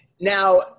now